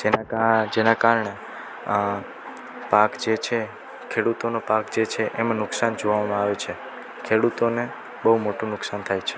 જેનાં કારણે પાક જે છે ખેડૂતોનાં પાક જે છે એમાં નુકશાન જોવામાં આવે છે ખેડૂતોને બહું મોટું નુકશાન થાય છે